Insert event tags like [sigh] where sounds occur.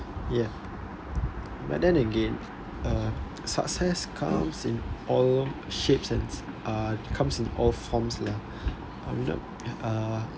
ya but then again uh success comes in all shapes and uh uh it comes in all forms lah uh [noise] uh